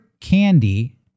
candy